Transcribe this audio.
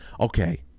Okay